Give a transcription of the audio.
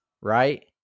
right